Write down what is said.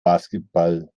basketball